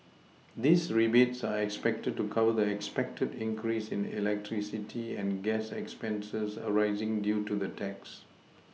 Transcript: these rebates are expected to cover the expected increase in electricity and gas expenses arising due to the tax